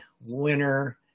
winner